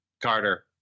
Carter